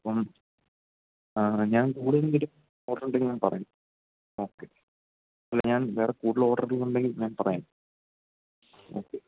അപ്പം ഞാൻ കൂടുതലെന്തെങ്കിലും ഓർഡറുണ്ടെങ്കില് ഞാൻ പറയാം ഓക്കേ അല്ല ഞാൻ വേറെ കൂടുതൽ ഓഡറുകളുണ്ടെങ്കിൽ ഞാൻ പറയാം ഓക്കേ